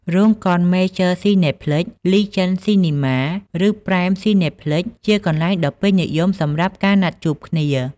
រោងកុន Major Cineplex, Legend Cinema, ឬ Prime Cineplex ជាកន្លែងដ៏ពេញនិយមសម្រាប់ការណាត់ជួបគ្នា។